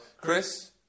Chris